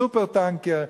"סופר-טנקר",